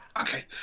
Okay